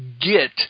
get